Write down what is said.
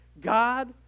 God